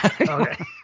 Okay